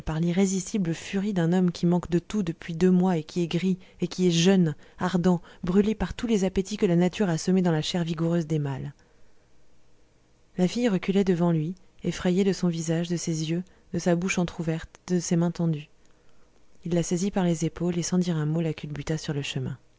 l'irrésistible furie d'un homme qui manque de tout depuis deux mois et qui est gris et qui est jeune ardent brûlé par tous les appétits que la nature a semés dans la chair vigoureuse des mâles la fille reculait devant lui effrayée de son visage de ses yeux de sa bouche entr'ouverte de ses mains tendues il la saisit par les épaules et sans dire un mot la culbuta sur le chemin